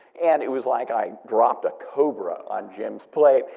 and it was like i dropped a cobra on jim's plate.